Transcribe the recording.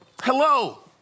Hello